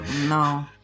No